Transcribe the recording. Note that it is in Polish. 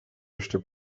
jeszcze